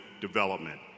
development